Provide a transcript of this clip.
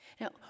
Now